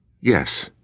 Yes